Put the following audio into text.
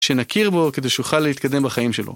שנכיר בו כדי שיוכל להתקדם בחיים שלו.